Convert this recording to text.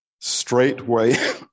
straightway